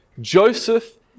Joseph